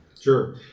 Sure